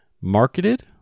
marketed